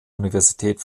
universität